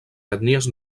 ètnies